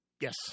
Yes